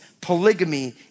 polygamy